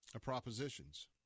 Propositions